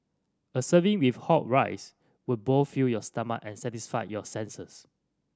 a serving with hot rice would both fill your stomach and satisfy your senses